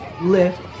lift